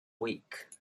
week